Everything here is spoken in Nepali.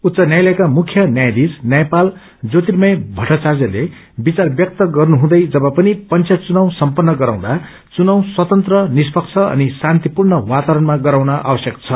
उच्च न्यायातयका मुख्य न्यायविश न्यायपाल ज्योर्तिमय भट्टार्चायले विचार व्यक्त गर्नु हुँदै जब पनि पंचायत चुनाव सम्पन्न गराउँदा चुनाव स्वतंत्र निश्पब्न अनि शान्तिपूर्ण वातावरणमा गराउन आवश्यक छ